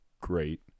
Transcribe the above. great